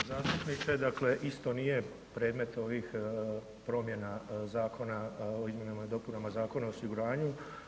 Poštovani zastupniče, dakle isto nije predmet ovih promjena zakona o izmjenama i dopunama Zakona o osiguranju.